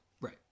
Right